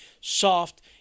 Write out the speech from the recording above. Soft